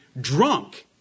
drunk